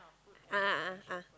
a'ah a'ah ah